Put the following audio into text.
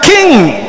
King